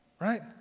Right